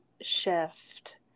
shift